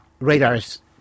Radar's